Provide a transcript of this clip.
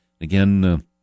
again